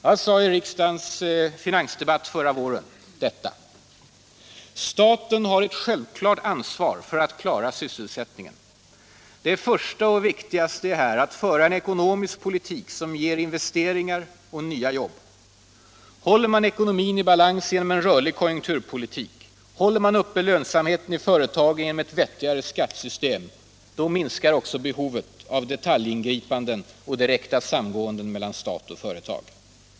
Jag sade i riksdagens finansdebatt förra året följande: Staten har ett självklart ansvar för att klara sysselsättningen. Det första och viktigaste är att föra en ekonomisk politik som ger investeringar och nya jobb. Håller man ekonomin i balans genom en rörlig konjunkturpolitik, håller man uppe lönsamheten i företag genom ett vettigare skattesystem, då minskar också behovet av detaljingripanden och direkta samgåenden mellan stat och företag.